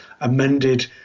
amended